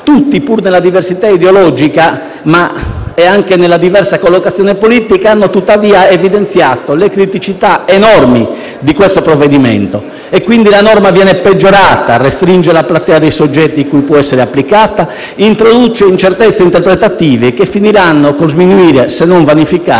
Tutti, pur nella diversità ideologica e anche nella diversa collocazione politica, hanno evidenziato le criticità enormi del provvedimento: la norma viene peggiorata; restringe la platea dei soggetti cui può essere applicata; introduce incertezze interpretative che finiranno con lo sminuire, se non vanificare,